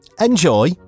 Enjoy